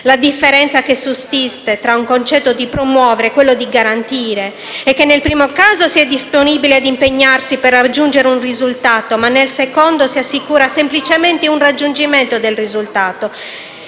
La differenza che sussiste tra il concetto di promuovere e quello di garantire è che nel primo caso si è disponibili ad impegnarsi per raggiungere un risultato, mentre nel secondo semplicemente si assicura il raggiungimento del risultato.